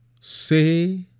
say